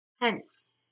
hence